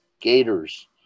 Gators